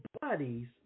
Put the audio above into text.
bodies